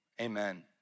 amen